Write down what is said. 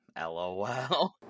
Lol